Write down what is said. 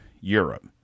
Europe